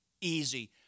Easy